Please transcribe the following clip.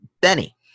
Benny